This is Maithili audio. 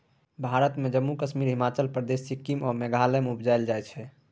भारत मे जम्मु कश्मीर, हिमाचल प्रदेश, सिक्किम आ मेघालय मे उपजाएल जाइ छै